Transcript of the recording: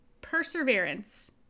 Perseverance